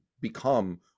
become